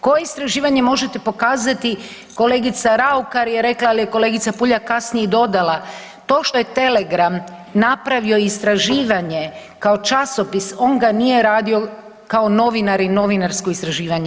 Koje istraživanje možete pokazati, kolegica Raukar je rekla, ali je kolegica Puljak kasnije dodala to što je Telegram napravio istraživanje kao časopis on ga nije radio kao novinar i novinarsko istraživanje.